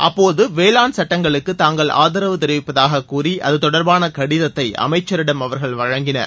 அப்போது வேளாண் சட்டங்களுக்கு தாங்கள் ஆதரவு தெரிவிப்பதாகக் கூறி அது தொடர்பான கடிதத்தை அமைச்சரிடம் அவர்கள் வழங்கினர்